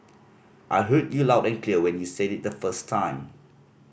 I heard you loud and clear when you said it the first time